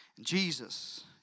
Jesus